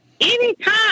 Anytime